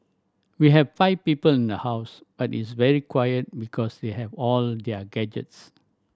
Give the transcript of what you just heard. we have five people in the house but it's very quiet because they have all their gadgets